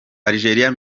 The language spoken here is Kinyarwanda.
algeria